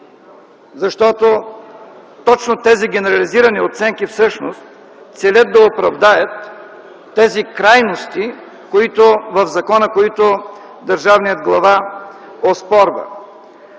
затвора. Точно тези генерализирани оценки всъщност целят да оправдаят тези крайности в закона, които държавният глава оспорва.